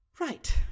Right